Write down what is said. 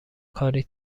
کاری